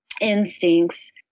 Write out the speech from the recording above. instincts